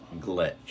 glitch